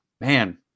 man